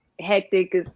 Hectic